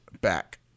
back